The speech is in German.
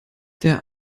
der